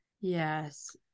Yes